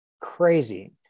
crazy